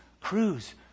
cruise